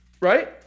Right